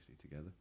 together